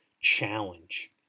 challenge